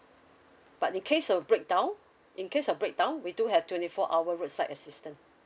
but in case of breakdown in case of breakdown we do have twenty four hour roadside assistant